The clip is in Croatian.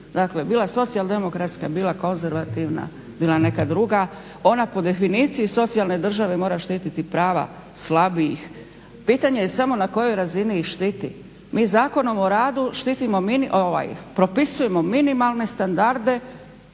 Dakle, bila socijaldemokratska, bila konzervativna, bila neka druga ona po definiciji socijalne države mora štititi prava slabijih. Pitanje je samo na kojoj razini ih štiti. Mi Zakonom o radu propisujemo minimalne standarde